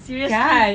kan